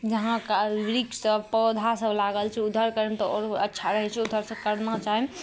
जहाँ बृक्ष सभ पौधा सभ लागल छै उधर करब तऽ आओर अच्छा रहै छै उधर करना चाही